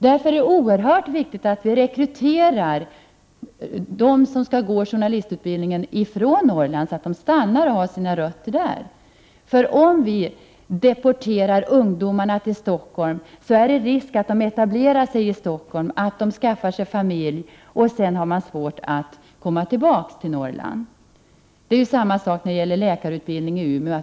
Därför är det oerhört viktigt att rekrytera personer från Norrland till journalistutbildning en, så att de stannar kvar där de har sina rötter. Om vi deporterar ungdomarna till Stockholm finns det risk för att de etablerar sig där. De kanske skaffar familj och då blir det svårt att komma tillbaka till Norrland. Detsamma gäller för läkarutbildningen i Umeå.